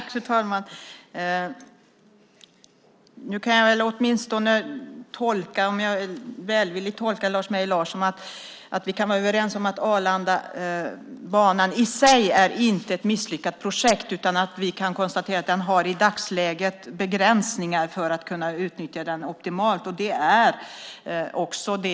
Fru talman! Jag tolkar Lars Mejern Larsson välvilligt, nämligen att vi kan vara överens om att Arlandabanan i sig inte är ett misslyckat projekt. Vi kan konstatera att den i dagsläget har begränsningar för att man ska kunna utnyttja den optimalt.